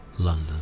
London